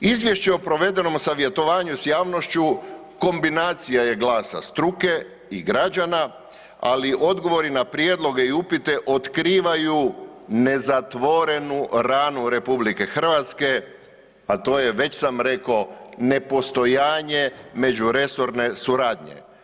Izvješće o provedenom savjetovanju s javnošću kombinacija je glasa struke i građana, ali odgovori na prijedloge i upite otkrivanju nezatvorenu ranu RH, a to je već sam rekao nepostojanje međuresorne suradnje.